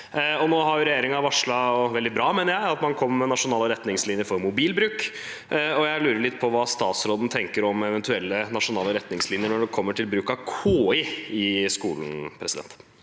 bra, mener jeg – at man kommer med nasjonale retningslinjer for mobilbruk. Jeg lurer litt på hva statsråden tenker om eventuelle nasjonale retningslinjer når det gjelder bruk av KI i skolen.